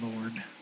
Lord